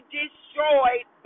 destroyed